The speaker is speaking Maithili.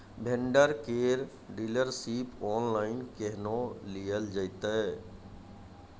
भेंडर केर डीलरशिप ऑनलाइन केहनो लियल जेतै?